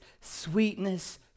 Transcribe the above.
sweetness